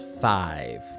five